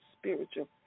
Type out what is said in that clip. spiritual